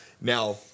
Now